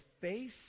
face